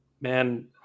man